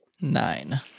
Nine